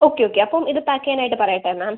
okay okay അപ്പം ഇത് pack ചെയ്യാനായിട്ട് പറയട്ടെ മാം